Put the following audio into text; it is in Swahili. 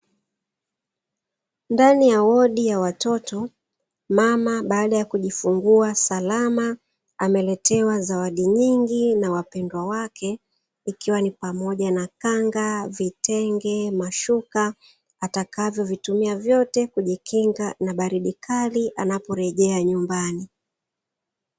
Ndani ya wodi ya watoto, mama baada ya kujifungua salama ameletewa zawadi nyingi na wapendwa wake ikiwa ni pamoja na kanga, vitenge, mashuka atakavyo vitumia vyote kujikinga na baridi anaporejea nyumbani.